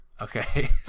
Okay